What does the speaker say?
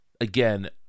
again